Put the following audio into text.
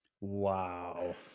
Wow